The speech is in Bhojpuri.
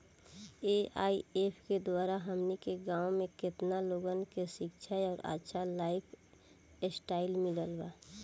ए.आई.ऐफ के द्वारा हमनी के गांव में केतना लोगन के शिक्षा और अच्छा लाइफस्टाइल मिलल बा